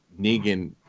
Negan